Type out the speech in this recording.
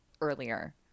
earlier